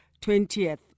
20th